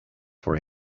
for